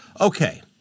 Okay